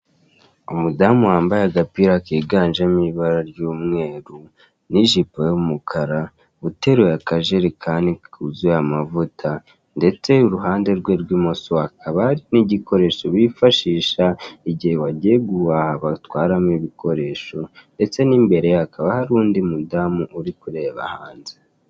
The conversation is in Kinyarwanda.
Umudamu wambaye agapira kiganjemo ibara ry'umweru n'ijipo y'umukara uteruye akajerekani kuzuye amavuta ndetse uruhande rwe rw'imoso hakaba hari n'igikoresho bifashisha igihe wagiye guhaha batwaramo ibikoresho ndetse n'imbere ye hakaba hari undi mudamu uri kureba hanze.